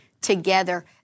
together